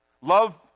Love